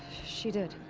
she did.